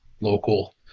local